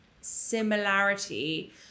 similarity